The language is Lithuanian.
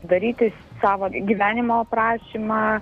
darytis savo gyvenimo aprašymą